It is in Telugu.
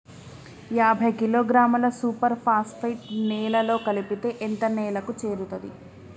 యాభై కిలోగ్రాముల సూపర్ ఫాస్ఫేట్ నేలలో కలిపితే ఎంత నేలకు చేరుతది?